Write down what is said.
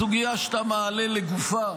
הסוגיה שאתה מעלה לגופה,